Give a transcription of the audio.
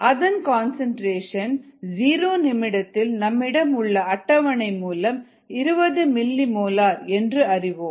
அதன் கன்சன்ட்ரேஷன் 0 நிமிடத்தில் நம்மிடம் உள்ள அட்டவணை மூலம் 20 மில்லிமோலார் என்று அறிவோம்